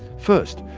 first,